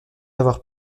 avoir